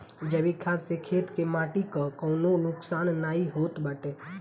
जैविक खाद से खेत के माटी कअ कवनो नुकसान नाइ होत बाटे